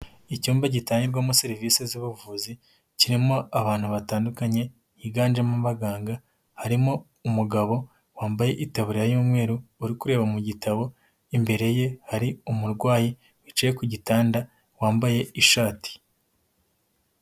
Icyumba gitangirwamo serivisi z'ubuvuzi, kirimo abantu batandukanye higanjemo abaganga, harimo umugabo wambaye itabubura y'umweru, uri kureba mu gitabo, imbere ye hari umurwayi wicaye ku gitanda wambaye ishati.